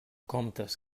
comptes